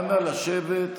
לשבת.